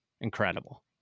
incredible